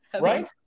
Right